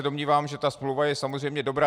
Domnívám se, že ta smlouva je samozřejmě dobrá.